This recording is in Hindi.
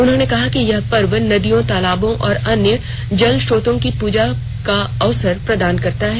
उन्होंने कहा कि यह पर्व नदियों तालाबों और अन्य जल स्रोतों की पूजा का अवसर प्रदान करता है